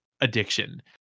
Addiction